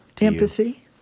empathy